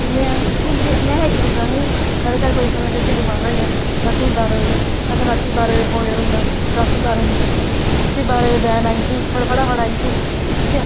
ते जि'यां हून में इक दिन सनान्नीं साढ़े घर कोई अमरजैंसी बमार होएआ रातीं बारां बजे असें रातीं बारां बजे फोन करी ओड़ना राती बारां बजे वैन आई जंदी ही फटाफट वैन आई जंदी ही ठीक ऐ